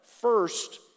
First